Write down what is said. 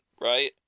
right